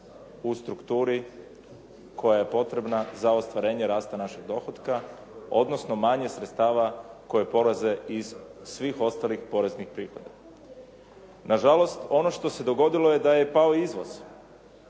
u strukturi koja je potrebna za ostvarenje rasta našeg dohotka odnosno manje sredstava koje polaze iz svih ostalih poreznih prihoda. Nažalost, ono što se dogodilo je da je pao izvoz.